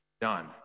done